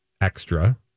extra